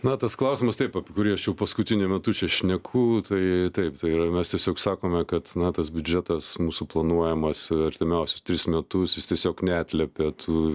na tas klausimas taip apie kurį aš jau paskutiniu metu čia šneku tai taip tai yra mes tiesiog sakome kad na tas biudžetas mūsų planuojamas artimiausius tris metus jis tiesiog neatliepia tų